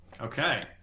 Okay